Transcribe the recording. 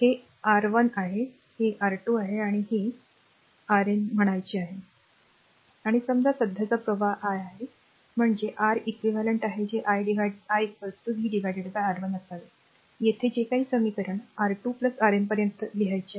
हे r R1आहे हे r R2 आहे आणि हे is r Rn म्हणायचे आहे आणि समजा सध्याचे प्रवाह i आहे म्हणजेच r R eq आहे जे r i v r R1 असावे येथे जे काही समीकरण R2 Rn पर्यंत लिहायचे आहे